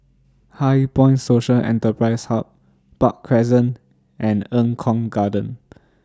HighPoint Social Enterprise Hub Park Crescent and Eng Kong Garden